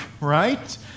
right